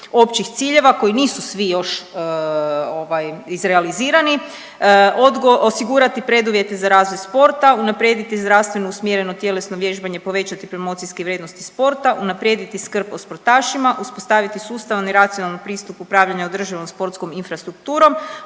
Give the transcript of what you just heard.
općih ciljeva koji nisu svi još ovaj izrealizirani. Osigurati preduvjete za razvoj sporta, unaprijediti zdravstveno usmjereno tjelesno vježbanje, povećati promocijske vrijednosti sporta, unaprijediti skrb o sportašima, uspostaviti sustavan i racionalan pristup upravljanja održivom sportskom infrastrukturom,